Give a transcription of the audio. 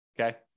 Okay